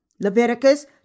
Leviticus